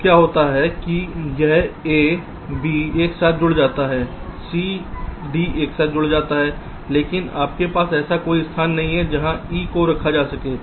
अब क्या होता है कि यह a b एक साथ जुड़ जाता है c d एक साथ जुड़ जाता है लेकिन आपके पास ऐसा कोई स्थान नहीं है जहाँ e को रखा जा सके